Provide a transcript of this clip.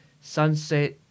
Sunset